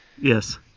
Yes